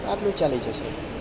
આટલું ચાલી જશે